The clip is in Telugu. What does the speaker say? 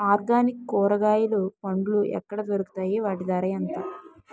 ఆర్గనిక్ కూరగాయలు పండ్లు ఎక్కడ దొరుకుతాయి? వాటి ధర ఎంత?